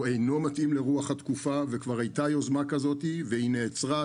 הוא אינו מתאים לרוח התקופה וכבר הייתה יוזמה כזאת והיא נעצרה,